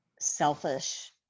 selfish